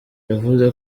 yavuze